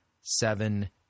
seven